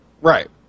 Right